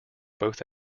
both